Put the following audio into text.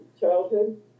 childhood